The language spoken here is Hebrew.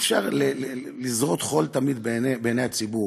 אי-אפשר תמיד לזרות חול בעיני הציבור.